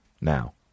Now